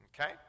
Okay